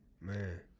Man